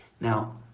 Now